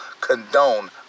Condone